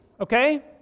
okay